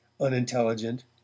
unintelligent